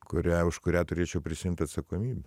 kurią už kurią turėčiau prisiimti atsakomybę